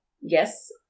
Yes